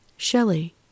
Shelley